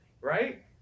Right